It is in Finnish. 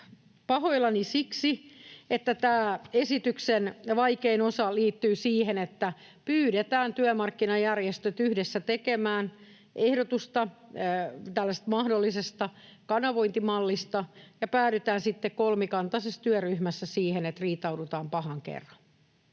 pahoillani siksi ja tämä esityksen vaikein osa liittyy siihen, että pyydetään työmarkkinajärjestöt yhdessä tekemään ehdotusta tällaisesta mahdollisesta kanavointimallista ja päädytään sitten kolmikantaisessa työryhmässä siihen, että riitaudutaan pahan kerran.